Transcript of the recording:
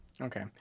Okay